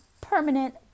permanent